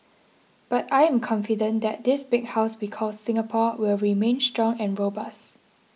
but I am confident that this big house we call Singapore will remain strong and robust